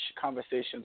conversations